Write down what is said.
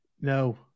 no